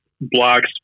blocks